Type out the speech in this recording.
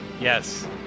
Yes